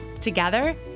Together